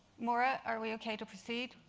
maura, are we okay to proceed?